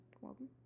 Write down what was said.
Welcome